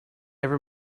ever